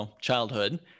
childhood